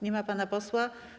Nie ma pana posła.